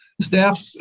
Staff